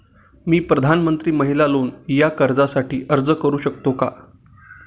मी प्रधानमंत्री महिला लोन या कर्जासाठी अर्ज करू शकतो का?